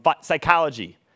psychology